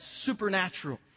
supernatural